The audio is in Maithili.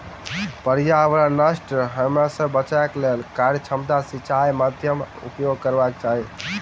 पर्यावरण नष्ट होमअ सॅ बचैक लेल कार्यक्षमता सिचाई माध्यमक उपयोग करबाक चाही